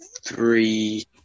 three